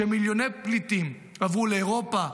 כשמיליוני פליטים עברו לאירופה,